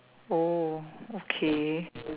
oh okay